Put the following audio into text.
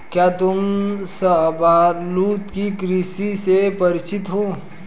क्या तुम शाहबलूत की कृषि से परिचित हो?